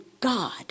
God